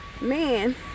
man